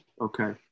Okay